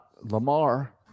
Lamar